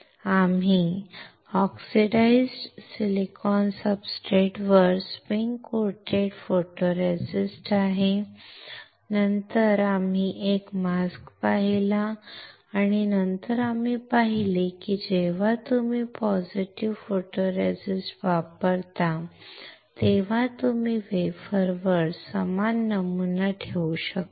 आम्ही oxidised silicon सब्सट्रेटवर spin coated photoresist आहे आणि नंतर आम्ही एक मास्क पाहिला आणि नंतर आम्ही पाहिले की जेव्हा तुम्ही पॉझिटिव्ह फोटोरेसिस्टवापरता तेव्हा तुम्ही वेफरवर समान नमुना ठेवू शकता